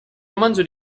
romanzo